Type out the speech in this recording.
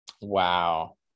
Wow